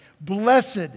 Blessed